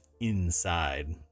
inside